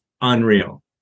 unreal